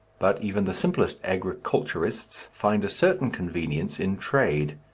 but even the simplest agriculturists find a certain convenience in trade.